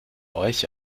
euch